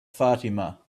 fatima